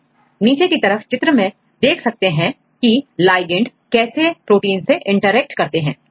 तो नीचे की तरफ चित्र में देख सकते हैं किligand कैसे प्रोटीन से इंटरेक्ट करते हैं